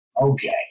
okay